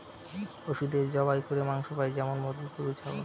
পশুদের জবাই করে মাংস পাই যেমন মুরগি, গরু, ছাগল